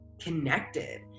connected